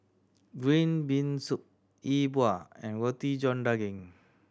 green bean soup E Bua and Roti John Daging